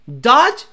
Dodge